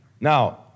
Now